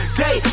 day